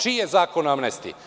Čiji je Zakon o amnestiji?